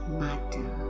matter